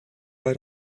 bei